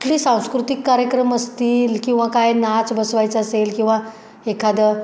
कुठली सांस्कृतिक कार्यक्रम असतील किंवा काय नाच बसवायचं असेल किंवा एखादं